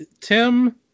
Tim